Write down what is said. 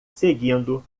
seguindo